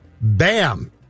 bam